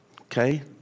okay